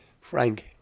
Frank